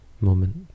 moment